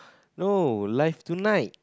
no live tonight